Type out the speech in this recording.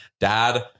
Dad